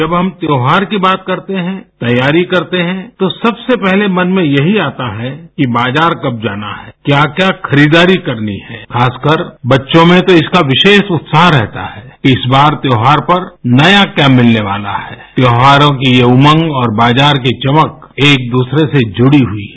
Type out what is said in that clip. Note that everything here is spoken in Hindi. जब हम त्योहार की बात करते हैं तैयारी करते हैं तो सबसे पहले मन में यही आता है कि बाजार कब जाना है क्या क्या खरीदारी करनी है खासकर बच्चों में तो इसका विशेष उत्साह रहता है इस बार त्यौहार पर नया क्या मिलने वाला है त्यौहारों की ये उमंग और बाजार की चमक एक द्रसरे से जुड़ी हुई है